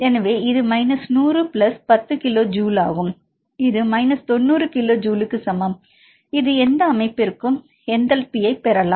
எனவே இது மைனஸ் நூறு பிளஸ் பத்து கிலோ ஜூல் ஆகும் இது மைனஸ் 90 கிலோ ஜூலுக்கு சமம் இது எந்த அமைப்பிற்கும் என்டல்பி பெறலாம்